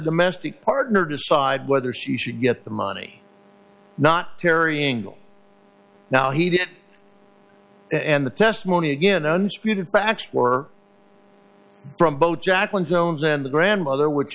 domestic partner decide whether she should get the money not carrying now he didn't and the testimony again and spewed facts were from both jacqueline zones and the grandmother which